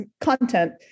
content